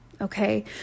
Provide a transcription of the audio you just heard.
okay